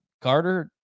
Carter